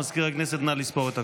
מזכיר הכנסת, נא לספור את הקולות.